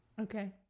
Okay